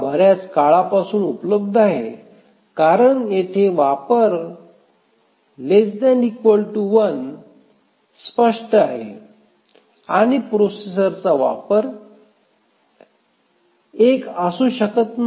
हा बर्याच काळापासून उपलब्ध आहे कारण येथे वापर ≤ 1 स्पष्ट आहे आणि प्रोसेसरचा वापर 1 असू शकत नाही